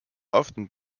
often